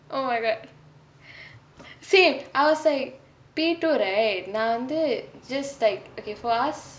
oh my god same I was like P two right நா வந்து:naa vanthu just like okay for us